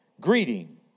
Greeting